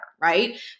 right